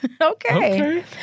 Okay